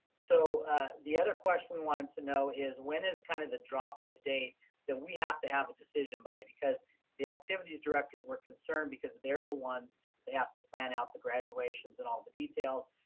so the other question we wanted to know is when is kind of the drop dead date that we have to have a decision by because the activities directors were concerned because they're the ones that have to plan out the graduations and all the details.